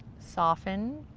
soften,